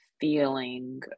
feeling